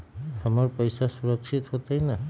हमर पईसा सुरक्षित होतई न?